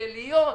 להיות.